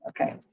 Okay